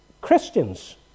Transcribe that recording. Christians